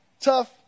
tough